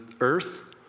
earth